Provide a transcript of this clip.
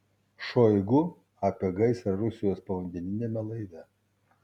šoigu apie gaisrą rusijos povandeniniame laive